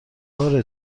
بار